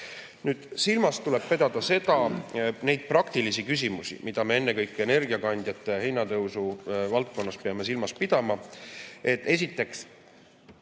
teel. Silmas tuleb pidada neid praktilisi küsimusi, mida me ennekõike energiakandjate hinna tõusu valdkonnas peame silmas pidama. Esiteks,